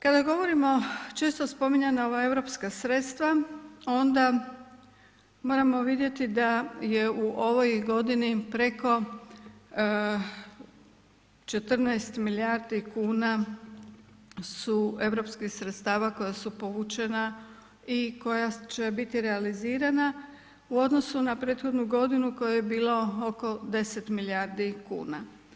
Kada govorimo često spominjana ova europska sredstava onda moramo vidjeti da je u ovoj godini preko 14 milijardi kuna su europskih sredstava koja su povučena i koja će biti realizirana u odnosu na prethodnu godinu u kojoj je bilo oko 10 milijardi kuna.